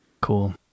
Cool